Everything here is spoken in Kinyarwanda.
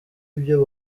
ibyo